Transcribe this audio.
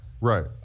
right